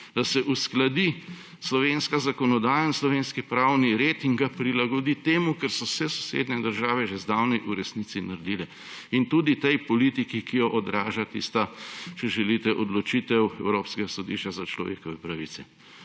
da se uskladi slovenska zakonodaja in slovenski pravni red in ga prilagodi temu, kar so vse sosednje države že zdavnaj v resnici naredile, in tudi tej politiki, ki jo odraža tista, če želite, odločitev Evropskega sodišča za človekove pravice.